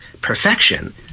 perfection